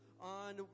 on